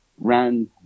ran